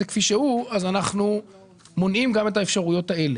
כפי שהוא אז אנחנו מונעים גם את האפשרויות האלה.